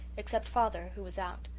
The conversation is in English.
except father, who was out.